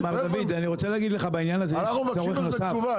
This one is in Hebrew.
אנחנו מבקשים מכם תשובה,